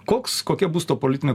koks kokia bus to politinio